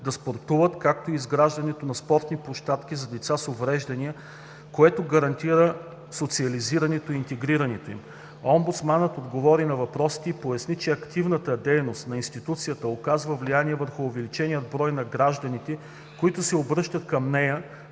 да спортуват, както и изграждането на спортни площадки за деца с увреждания, което гарантира социализирането и интегрирането им. Омбудсманът отговори на въпросите и поясни, че активната дейност на институцията оказва влияние върху увеличения брой на гражданите, които се обръщат към нея,